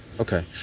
okay